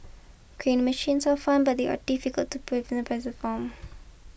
crane machines are fun but they are difficult to play win the prizes from